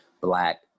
black